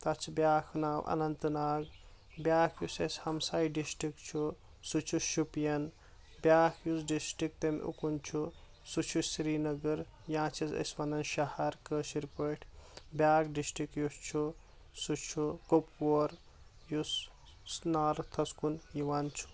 تتھ چھ بیاکھ ناو اننتہٕ ناگ بیاکھ یُس اسہِ ہمساے ڈِسٹِک چھُ سہُ چھُ شُپین بیاکھ یُس ڈِسٹِک تٔمۍ اُکُن چھُ سہُ چھُ سرینگر یا چھس أسۍ ونان شہر کٔاشِر پاٹھۍ بیاکھ ڈِسٹِک یُس چھُ سہُ چھُ کوٚپوور یُس نارتھس کُن یوان چھُ